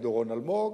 דורון אלמוג,